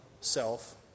self